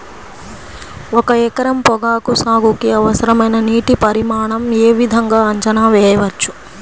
ఒక ఎకరం పొగాకు సాగుకి అవసరమైన నీటి పరిమాణం యే విధంగా అంచనా వేయవచ్చు?